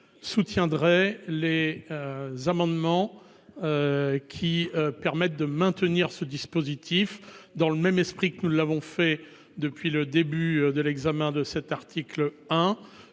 Soutiendrai les. Amendements. Qui permettent de maintenir ce dispositif dans le même esprit que nous l'avons fait depuis le début de l'examen de cet article.